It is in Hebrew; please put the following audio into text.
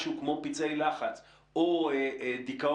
משהו כמו פצעי לחץ או דיכאון,